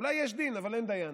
אולי יש דין, אבל אין דיין.